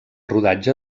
rodatge